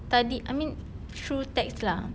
tadi I mean through text lah